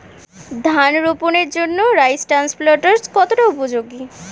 ধান রোপণের জন্য রাইস ট্রান্সপ্লান্টারস্ কতটা উপযোগী?